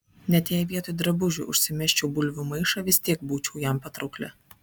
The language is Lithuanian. net jei vietoj drabužių užsimesčiau bulvių maišą vis tiek būčiau jam patraukli